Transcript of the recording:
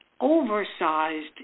oversized